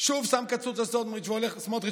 שם קצוץ על סמוטריץ'